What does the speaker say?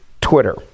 Twitter